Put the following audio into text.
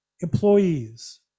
employees